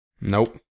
Nope